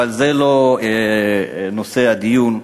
אבל זה לא נושא הדיון.